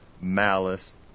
malice